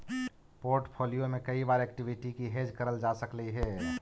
portfolio में कई बार एक्विटी को हेज करल जा सकलई हे